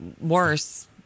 worse